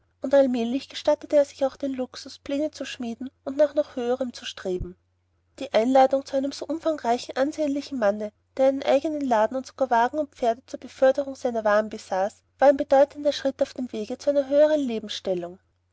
und allmählich gestattete er sich auch den luxus pläne zu schmieden und nach noch höherem zu streben die einladung zu einem so umfangreichen ansehnlichen manne der einen eignen laden und sogar wagen und pferde zur beförderung seiner waren besaß war ein bedeutender schritt auf dem wege zu einer höheren lebensstellung